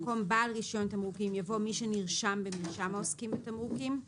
במקום "בעל רישיון תמרוקים" יבוא "מי שנרשם במרשם העוסקים בתמרוקים";